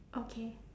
okay